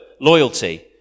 Loyalty